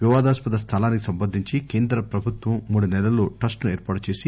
వివాదాస్పద స్థలానికి సంబంధించి కేంద్రప్రభుత్వం మూడు సెలల్లో ట్రస్ట్ ను ఏర్పాటుచేసి